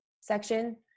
section